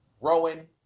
Rowan